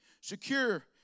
Secure